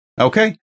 okay